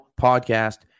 podcast